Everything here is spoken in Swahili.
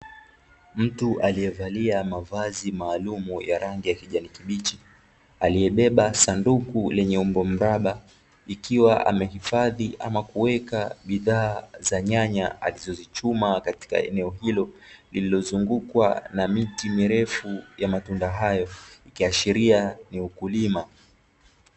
Mtu aliyevalia mavazi maalumu ya rangi ya kijani kibichi, aliyebeba sanduku lenye umbo mraba ikiwa amehifadhi ama kuweka bidhaa za nyanya alizozichuma katika eneo hilo, lililozungukwa na miti mirefu ya matunda hayo ikiashiria ni ukulima.